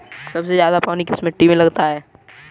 सबसे ज्यादा पानी किस मिट्टी में लगता है?